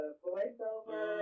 voiceover